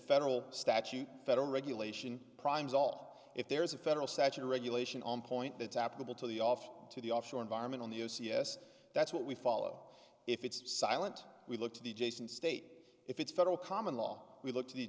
federal statute federal regulation prime's all if there's a federal statute regulation on point that's applicable to the off to the offshore environment on the o c s that's what we follow if it's silent we look to the jason state if it's federal common law we look to the